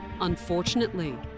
Unfortunately